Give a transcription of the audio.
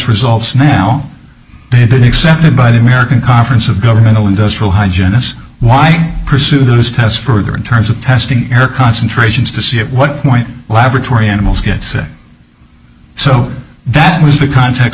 results now they've been accepted by the american conference of governmental industrial hi janice why pursue those tests for in terms of testing concentrations to see at what point laboratory animals get sick so that was the context